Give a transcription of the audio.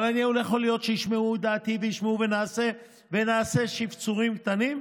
אבל יכול להיות שישמעו את דעתי ונעשה שפצורים קטנים.